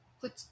put